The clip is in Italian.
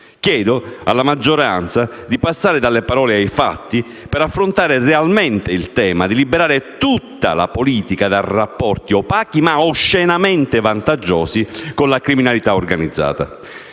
Chiedo alla maggioranza di passare dalle parole ai fatti per affrontare realmente il tema di liberare tutta la politica da rapporti opachi ma oscenamente vantaggiosi con la criminalità organizzata.